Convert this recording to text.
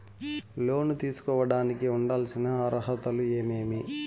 లోను తీసుకోడానికి ఉండాల్సిన అర్హతలు ఏమేమి?